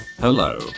Hello